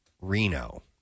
Reno